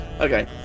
Okay